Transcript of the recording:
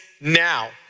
now